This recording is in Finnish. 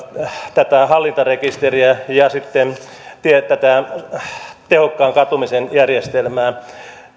tätä hallintarekisteriä ja sitten tätä tehokkaan katumisen järjestelmää